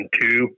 two